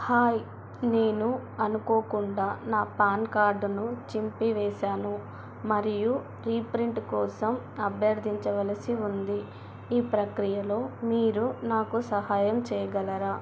hi నేను అనుకోకుండా నా పాన్ కార్డును చింపివేశాను మరియు రీప్రింట్ కోసం అభ్యర్థించవలసి ఉంది ఈ ప్రక్రియలో మీరు నాకు సహాయం చేయగలరా